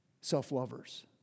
self-lovers